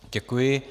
Děkuji.